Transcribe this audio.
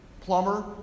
plumber